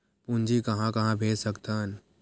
पूंजी कहां कहा भेज सकथन?